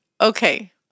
okay